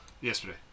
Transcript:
Yesterday